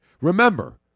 Remember